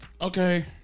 Okay